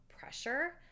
pressure